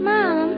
Mom